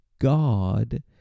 God